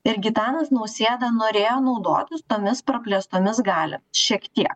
ir gitanas nausėda norėjo naudotis tomis praplėstomis galiomis šiek tiek